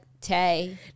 Tay